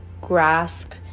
grasp